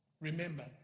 Remember